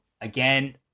again